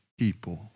people 。